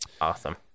awesome